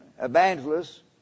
evangelists